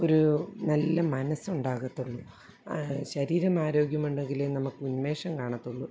ഒരു നല്ല മനസ്സുണ്ടാകത്തുളളൂ ശരീരം ആരോഗ്യമുണ്ടെങ്കിലേ നമുക്കുന്മേഷം കാണത്തുള്ളു